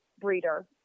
breeder